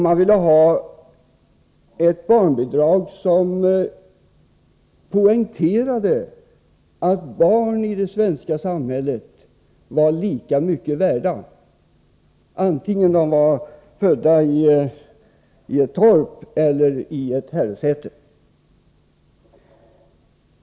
Man ville ha ett barnbidrag som poängterade att barn i det svenska samhället var lika mycket värda antingen de var födda i ett torp eller i ett herresäte.